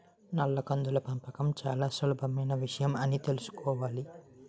నల్ల కందుల పెంపకం చాలా సులభమైన విషయమని తెలుసుకోవాలి